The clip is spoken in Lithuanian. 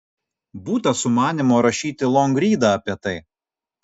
būta sumanymo rašyti longrydą apie tai